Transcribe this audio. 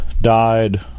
died